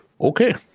Okay